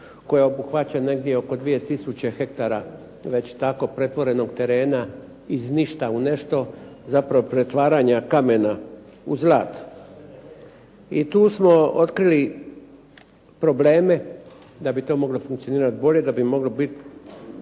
koja obuhvaća negdje oko 2 tisuće hektara već tako pretvorenog terena iz ništa u nešto. Zapravo pretvaranja kamena u zlato. I tu smo otkrili probleme, da bi to moglo funkcionirati bolje, da bi moglo biti